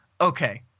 okay